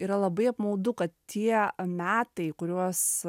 yra labai apmaudu kad tie metai kuriuos